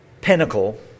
pinnacle